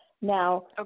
Now